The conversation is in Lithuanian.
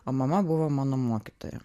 o mama buvo mano mokytoja